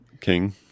king